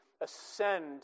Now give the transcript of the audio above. ascend